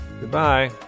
goodbye